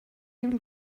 him